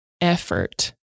effort